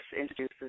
introduces